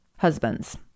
husbands